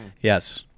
Yes